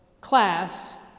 class